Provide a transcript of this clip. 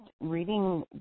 reading